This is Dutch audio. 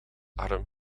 arm